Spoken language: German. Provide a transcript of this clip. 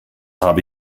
habe